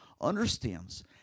understands